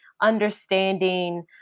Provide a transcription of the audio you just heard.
understanding